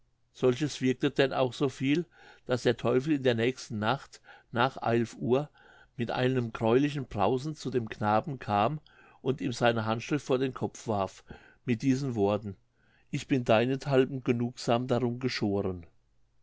solches wirkte denn auch soviel daß der teufel in der nächsten nacht nach eilf uhr mit einem gräulichen brausen zu dem knaben kam und ihm seine handschrift vor den kopf warf mit diesen worten ich bin deinethalben genugsam darum geschoren